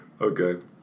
Okay